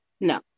No